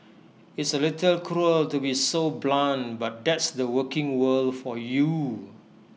it's A little cruel to be so blunt but that's the working world for you